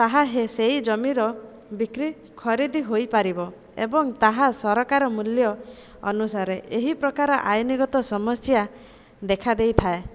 ତାହା ହେ ସେହି ଜମିର ବିକ୍ରି ଖରିଦ ହୋଇପାରିବ ଏବଂ ତାହା ସରକାର ମୂଲ୍ୟ ଅନୁସାରେ ଏହି ପ୍ରକାର ଆଇନଗତ ସମସ୍ୟା ଦେଖାଦେଇ ଥାଏ